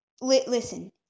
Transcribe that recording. listen